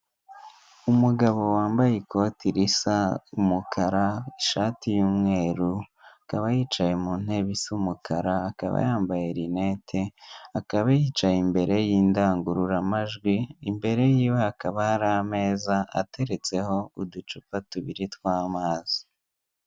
Umugabo wambaye ikoti risa umukara, ishati y'umweru, akaba yicaye mu ntebe isa umukara, akaba yambaye rinete, akaba yicaye imbere y'indangururamajwi, imbere yiiwe hakaba hari ameza ateretseho uducupa tubiri tw'amazi.